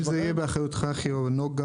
האם זה באחריות חברת החשמל או נגה?